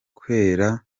kwera